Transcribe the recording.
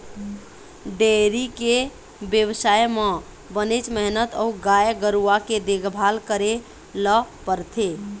dairy के बेवसाय म बनेच मेहनत अउ गाय गरूवा के देखभाल करे ल परथे